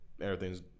everything's